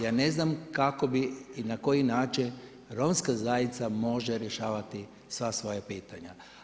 Ja ne znam kako bih i na koji način romska zajednica može rješavati sva svoja pitanja?